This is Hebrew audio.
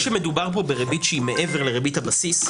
בתנאי שמדובר כאן בריבית שהיא מעבר לריבית הבסיס,